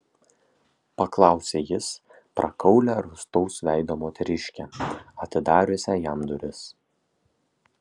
paklausė jis prakaulią rūstaus veido moteriškę atidariusią jam duris